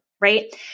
right